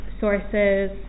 sources